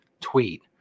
tweet